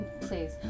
please